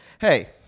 Hey